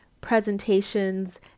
presentations